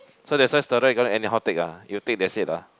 so that's why steroids cannot anyhow take ah you take that's it lah